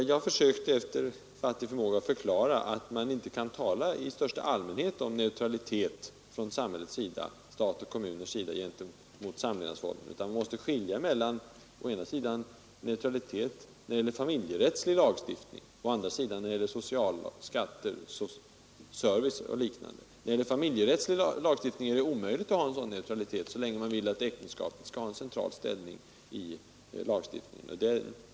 Jag har försökt att förklara, att man inte kan tala i största allmänhet om neutralitet från samhällets, från stat och kommuners sida, gentemot olika samlevnadsformer. Vi måste skilja mellan å ena sidan neutralitet i familjerättslig lagstiftning och å andra sidan sociallagstiftning, skatter, service och liknande. I familjerättslig lagstiftning är det omöjligt att ha en sådan neutralitet så länge man vill att äktenskapet skall ha en central ställning.